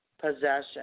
possession